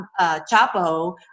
Chapo